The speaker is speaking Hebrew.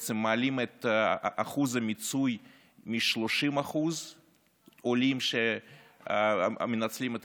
בעצם מעלים את אחוז המיצוי מ-30% עולים שמנצלים את